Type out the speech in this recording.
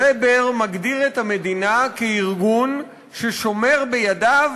ובר מגדיר את המדינה כארגון ששומר בידיו